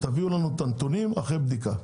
תביאו לנו את הנתונים אחרי בדיקה.